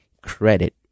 credit